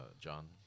John